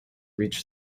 reach